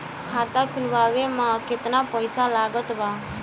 खाता खुलावे म केतना पईसा लागत बा?